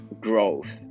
growth